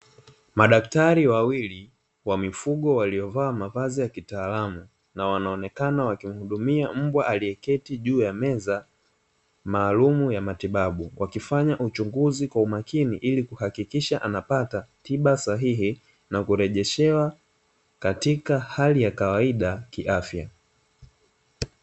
Madaktari wawili wa mifugo waliovaa mavazi ya kitaalamu na wanaonekana wakimuhudumia mbwa aliye keti juu ya meza maalumu ya matibabu, wakifanya uchunguzi kwa makini ili kuhakikisha anapata tiba sahihi na kurejeshewa katika hali ya kawaida kiafya.